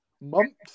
months